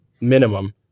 minimum